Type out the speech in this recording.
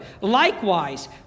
Likewise